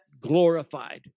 glorified